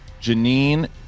Janine